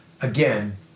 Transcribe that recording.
again